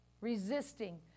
resisting